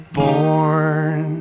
born